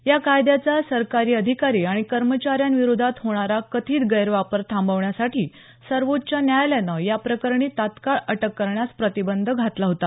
या कायद्याचा सरकारी अधिकारी आणि कर्मचाऱ्यांविरोधात होणारा कथित गैरवापर थांबवण्यासाठी सर्वोच्च न्यायालयानं या प्रकरणी तत्काळ अटक करण्यास प्रतिबंध घातला होता